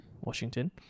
Washington